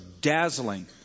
dazzling